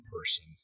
person